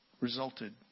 resulted